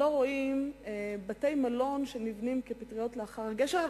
רואים שנבנים בתי-מלון כפטריות לאחר הגשם,